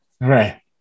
right